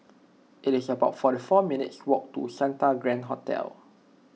it is about forty four minutes' walk to Santa Grand Hotel